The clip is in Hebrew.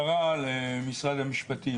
12:19) הערה למשרד המשפטים,